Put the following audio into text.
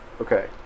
Okay